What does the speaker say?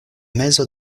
mezo